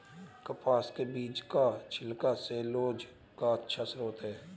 कपास के बीज का छिलका सैलूलोज का अच्छा स्रोत है